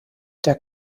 der